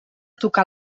tocar